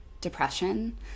depression